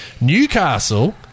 Newcastle